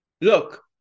Look